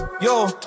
Yo